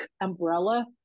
umbrella